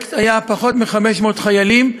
בפרויקט היו פחות מ-500 חיילים,